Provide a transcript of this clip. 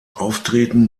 auftreten